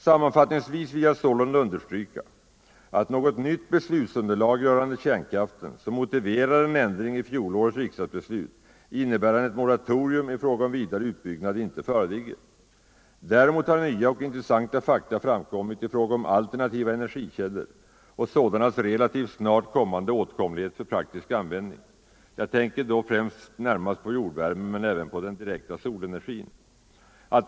Sammanfattningsvis vill jag sålunda understryka att något nytt beslutsunderlag rörande kärnkraften som motiverar en ändring i fjolårets riksdagsbeslut innebärande ett moratorium i fråga om vidare utbyggnad inte föreligger. Däremot har nya och intressanta fakta framkommit i fråga om alternativa energikällor och sådanas relativt snart kommande åtkomlighet för praktisk användning — jag tänker främst på jordvärmen men även på den direkta solenergin.